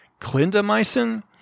clindamycin